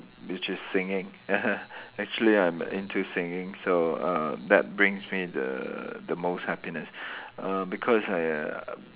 which is singing actually I'm into singing so uh that brings me the the most happiness uh because I